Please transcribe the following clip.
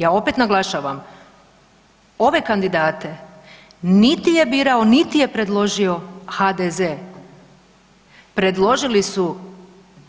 Ja opet naglašavam, ove kandidate niti je birao niti je predložio HDZ, predložili su